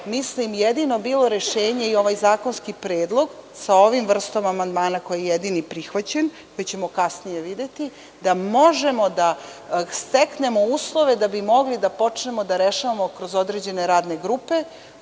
mislim, jedino bilo rešenje i ovaj zakonski predlog sa ovom vrstom amandmana koji je jedino prihvaćen, koji ćemo kasnije videti, da možemo da steknemo uslove da bi mogli da počnemo da rešavamo kroz određene radne grupe